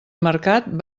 mercat